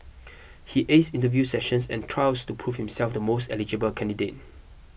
he aced interview sessions and trials to prove himself the most eligible candidate